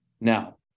Now